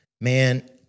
Man